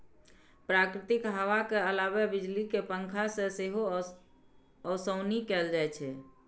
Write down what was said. प्राकृतिक हवा के अलावे बिजली के पंखा से सेहो ओसौनी कैल जाइ छै